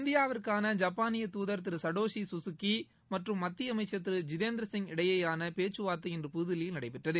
இந்தியாவிற்கான ஜப்பாவிய துதர் திரு சபோஷி சுசுகி மற்றம் மத்திய அமைச்சர் திரு ஜிதேந்திரசிங் இடையேயான பேச்சுவார்த்தை இன்று புதுதில்லியில் நடைபெற்றது